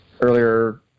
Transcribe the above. earlier